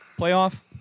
playoff